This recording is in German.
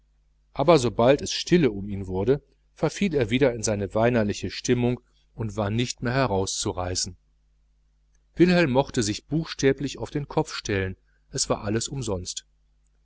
aber so bald es still um ihn wurde verfiel er wieder in seine weinerliche stimmung und war nicht mehr heraus zu reißen wilhelm mochte sich buchstäblich auf den kopf stellen es war alles umsonst